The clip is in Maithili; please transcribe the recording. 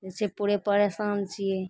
जे छै पूरे परेशान छियै